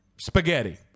spaghetti